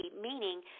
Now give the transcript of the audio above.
meaning